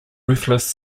ruthless